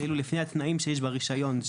כאילו, לפי התנאים שיש ברישיון שם.